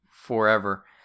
forever